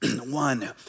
one